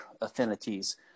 affinities